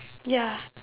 ya